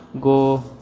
go